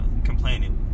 Complaining